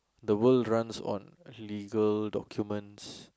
the world runs on legal documents